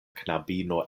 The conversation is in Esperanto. knabino